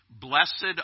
Blessed